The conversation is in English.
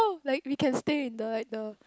like we can stay in the at the